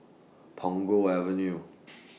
Punggol Avenue